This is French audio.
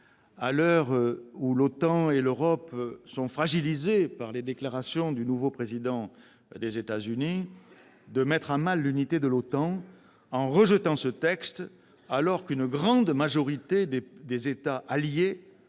à l'heure où l'OTAN et l'Europe sont fragilisées par les déclarations du nouveau président américain, de mettre à mal l'unité de l'OTAN en rejetant ce texte alors qu'une grande majorité d'États alliés